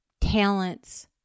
talents